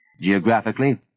Geographically